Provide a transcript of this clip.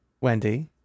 Wendy